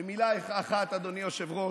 ומילה אחת, אדוני היושב-ראש,